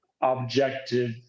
objective